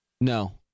No